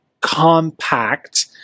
compact